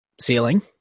ceiling